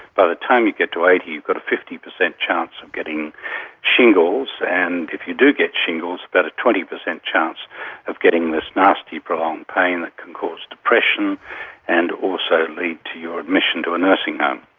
by the time you get to eighty you've got a fifty percent chance of getting shingles, and if you do get shingles about a twenty percent chance of getting this nasty prolonged pain that can cause depression and also lead to your admission to a nursing home.